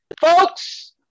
Folks